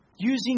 using